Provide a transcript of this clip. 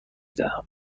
دهم